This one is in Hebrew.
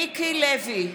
מיקי לוי,